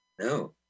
No